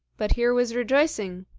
but here was rejoicing,